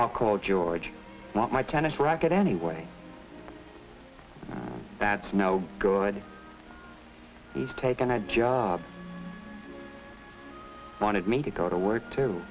i'll call george my tennis racket anyway that's no good he's taken a job wanted me to go to work t